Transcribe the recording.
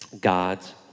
God's